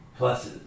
pluses